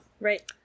Right